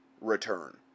Return